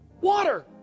Water